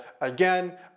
Again